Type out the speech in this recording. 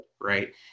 right